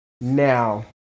Now